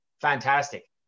fantastic